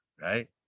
right